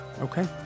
Okay